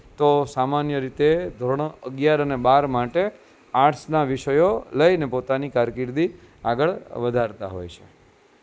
તો સામાન્ય રીતે ધોરણ અગિયાર અને બાર માટે આર્ટ્સના વિષયો લઈને પોતાની કારકિર્દી આગળ વધારતા હોય છે